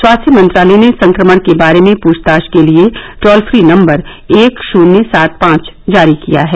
स्वास्थ्य मंत्रालय ने संक्रमण के बारे में पूछताछ के लिए टोल फ्री नंबर एक शुन्य सात पांच जारी किया है